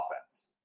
offense